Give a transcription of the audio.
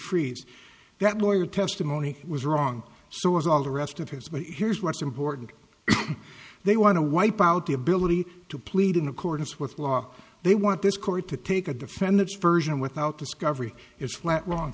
freeze that lawyer testimony was wrong so as all the rest of his but here's what's important they want to wipe out the ability to plead in accordance with law they want this court to take a defendant's version without discovery is flat wrong